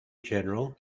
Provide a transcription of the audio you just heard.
general